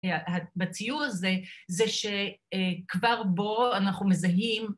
‫בציור הזה, זה שכבר בו אנחנו מזהים...